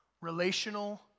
relational